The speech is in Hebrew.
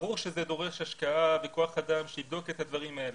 ברור שזה דורש השקעה וכוח אדם שיבדוק את הדברים האלה,